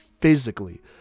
physically